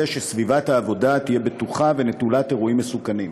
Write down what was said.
שסביבת העבודה תהיה בטוחה ונטולת אירועים מסוכנים.